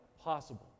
possible